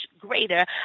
greater